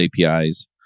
APIs